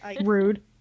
Rude